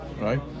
Right